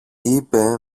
είπε